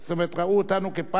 באינטרנט wireless,